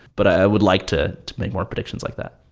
but i would like to make more predictions like that.